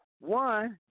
One